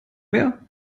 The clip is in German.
mehr